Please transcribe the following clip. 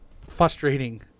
frustrating